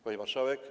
Pani Marszałek!